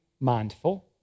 mindful